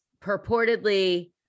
purportedly